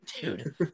dude